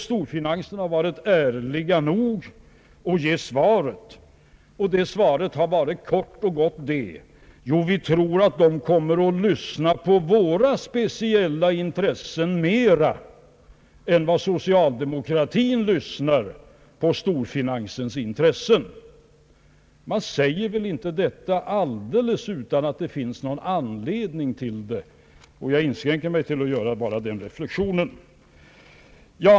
Storfinansen har varit ärlig nog att ge svaret, och det svaret har varit kort och gott detta: Vi tror att de kommer att lyssna till våra speciella intressen mer än vad socialdemokratin lyssnar till storfinansens intressen. Man säger väl inte detta helt utan att det finns någon anledning till det. Jag inskränker mig till att bara göra den reflexionen.